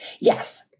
Yes